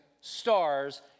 stars